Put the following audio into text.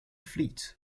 fleet